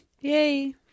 Yay